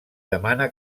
demana